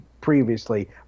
previously